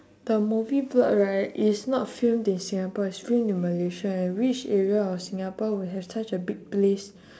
the movie plot right is not filmed in singapore is filmed in malaysia and which area of singapore would have such a big place